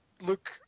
look